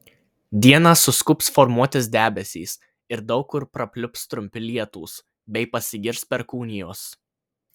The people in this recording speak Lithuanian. dieną suskubs formuotis debesys ir daug kur prapliups trumpi lietūs bei pasigirs perkūnijos